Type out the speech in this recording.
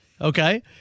okay